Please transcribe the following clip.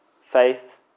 faith